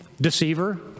Deceiver